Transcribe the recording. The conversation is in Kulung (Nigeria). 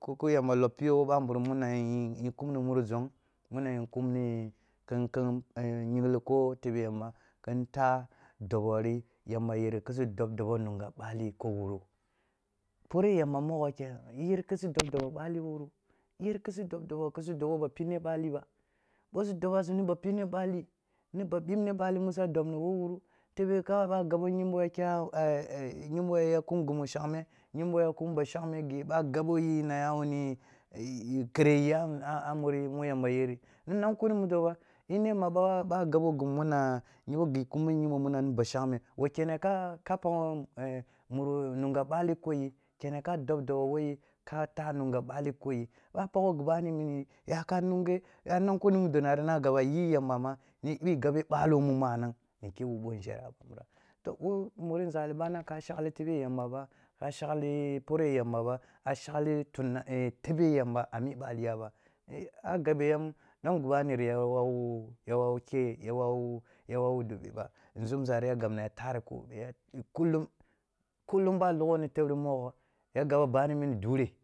ko ko yamba loppi wo baburum muna yin kuri zong, muna yinkummi kin-kin yingli ko tebe yamba, kin ta adobo ri yamba yere kisu dob dobo nunge mali ko wuru pore yamba kenam, i yer kisu dob dobo bali wurau, i yer kisu dob dobo ki si do basum nib a pinne bali, nib a bibne bali musa dobni wo wuru tebe kawai bag abo yimbo ya kya e yim boy a kum gimu shagme yum boy a kum bashengme gib a gabo yin a ya wuni e e kere ya a a muri mugamba yerri ya nang kuni murdo ba, ui ne ma baba gabo gimudona yinbo yimbo mu ba shagme, wo jyene kaka pakh e muru nunga bal ko yi kene ka dob dibo ko yi ka ta nunga bali ko yi ba pagho gibani minni, yakam nunye, ya nakuni mudonari nag aba yi yamba ri ma, bi-bi gabe balo mu manang ni kyi wubbo nzhe a ban bira. To bo muri nzali bane ka shagh tebe yamba, kka shagli pore yamba ba, a shagli e tura, a shagh tebe yamba a mi ɓaliya ba, e e agabe yam dom gibanuriya wawu, ya waw uke, ya wawu, ya wawu dobe dobe ɓa. nzumzari ya gabna ya tari ko kullum-kullum ba logho ni tebri mogho, ya gaba mini dure